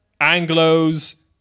Anglos